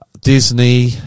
Disney